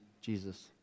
Jesus